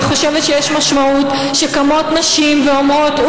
אני חושבת שיש משמעות לכך שקמות נשים ואומרות: